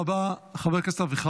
נא לסיים, חבר הכנסת הלוי.